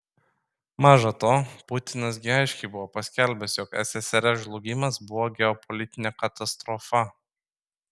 maža to putinas gi aiškiai buvo paskelbęs jog ssrs žlugimas buvo geopolitinė katastrofa